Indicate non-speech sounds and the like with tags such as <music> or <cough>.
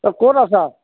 <unintelligible> ক'ত আছা